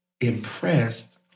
impressed